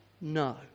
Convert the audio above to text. No